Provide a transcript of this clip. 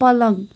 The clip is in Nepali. पलङ